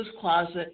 closet